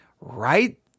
Right